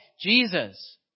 Jesus